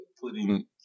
putting